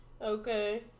Okay